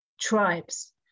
tribes